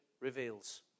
reveals